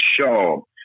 show